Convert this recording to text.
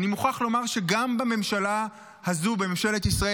ואני מוכרח לומר שגם בממשלה הזו בממשלת ישראל,